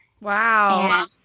Wow